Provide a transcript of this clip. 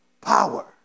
power